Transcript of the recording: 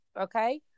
okay